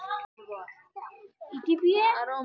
हमसार गांउत लोबिया बहुत कम लोग उगा छेक